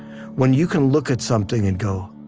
when you can look at something and go,